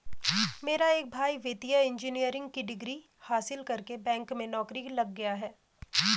मेरा एक भाई वित्तीय इंजीनियरिंग की डिग्री हासिल करके बैंक में नौकरी लग गया है